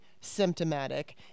symptomatic